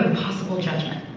possible judgment.